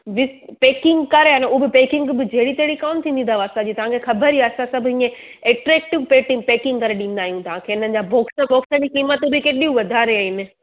ॾिस पैकिंग करे ने उहो बि पैकिंग बि जहिड़ी कहिड़ी कोन थींदी अथव असांजी तव्हांखे ख़बर ई आहे असां सभु हीअं एक्ट्रेटिव पैकिंग करे ॾींदा आहियूं तव्हांखे न हिन जा बॉक्स वॉक्स जी क़ीमत बि कहिड़ियूं वधारे आहिनि